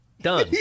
Done